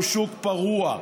הוא שוק פרוע,